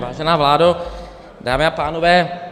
Vážená vládo, dámy a pánové.